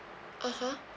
(uh huh)